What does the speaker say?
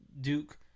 Duke